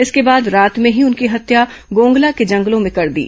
इसके बाद रात में ही उनकी हत्या गोंगला के जंगलों में कर दी